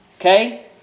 Okay